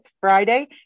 Friday